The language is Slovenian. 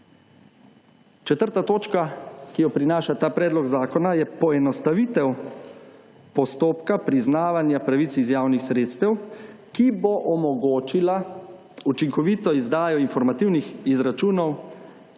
Četrta točka, ki jo prinaša ta predlog zakona, je poenostavitev postopka priznavanja pravic iz javnih sredstev, ki bo omogočila učinkovito izdajo informativnih izračunov